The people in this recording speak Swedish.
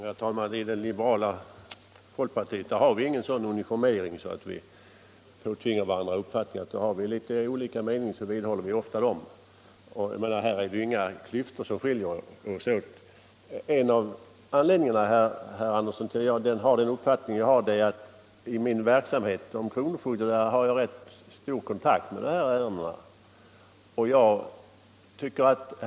Herr talman! Inom det liberala folkpartiet har vi ingen sådan uniformering att vi påtvingar varandra våra uppfattningar. Har vi litet olika meningar, så vidhåller vi ofta dem. Och här är det ju inga klyftor som skiljer oss åt. En av anledningarna till att jag har den uppfattning jag har, herr Andersson i Södertälje, är att jag har god kontakt med sådana här ärenden i min verksamhet som kronofogde.